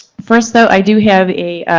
first though, i do have a.